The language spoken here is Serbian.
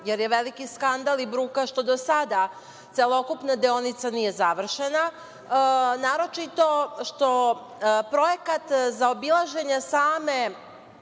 jer je veliki skandal i bruka što do sada celokupna deonica nije završena, naročito što projekat za obilaženje same